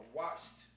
watched